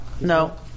No